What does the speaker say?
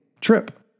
trip